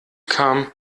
kam